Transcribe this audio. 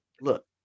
look